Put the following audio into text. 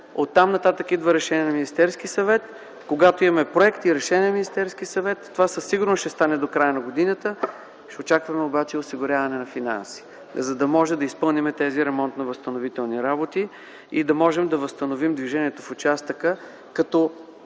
Оттам нататък идва решение на Министерския съвет. Когато имаме проект и решение на Министерския съвет, а това със сигурност ще стане до края на годината, очакваме обаче осигуряване на финанси, за да можем да изпълним тези ремонтно-възстановителни работи и да можем да възстановим движението в участъка, като